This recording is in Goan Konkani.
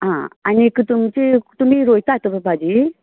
आं आनीक तुमचे तुमी रोंयतात भाजी